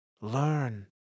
learn